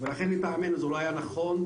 לכן לטעמנו זה לא נכון,